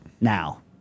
now